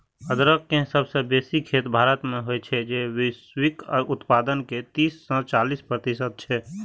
अदरक के सबसं बेसी खेती भारत मे होइ छै, जे वैश्विक उत्पादन के तीस सं चालीस प्रतिशत छै